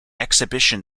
exhibition